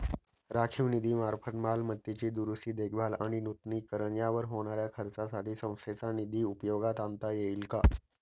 राखीव निधीमार्फत मालमत्तेची दुरुस्ती, देखभाल आणि नूतनीकरण यावर होणाऱ्या खर्चासाठी संस्थेचा निधी उपयोगात आणता येईल का?